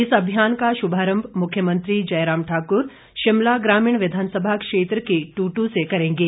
इस अभियान का शुभारंभ मुख्यमंत्री जयराम ठाकुर शिमला ग्रामीण विधानसभा क्षेत्र के दुदू से करेंगे